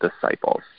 disciples